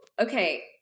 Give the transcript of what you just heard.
okay